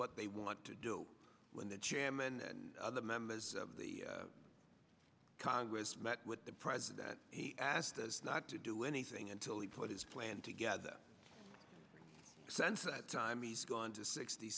what they want to do when the chairman and other members of the congress met with the president he asked us not to do anything until he put his plan together sense time he's gone to sixty